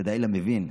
ודאי למבין.